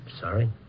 Sorry